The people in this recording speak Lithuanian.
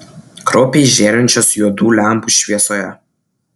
kraupiai žėrinčios juodų lempų šviesoje